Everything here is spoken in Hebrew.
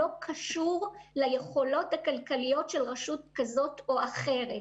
לא קשור ליכולות הכלכליות של רשות כזאת או אחרת.